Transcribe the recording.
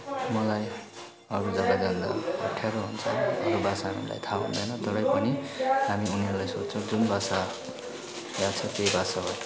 मलाई अरू जग्गा जाँदा अप्ठ्यारो हुन्छ अरू भाषा हामीलाई थाहा हुँदैन तरै पनि हामी उनीहरूलाई सोध्छौँ जुन भाषा याद छ त्यही भाषाबाट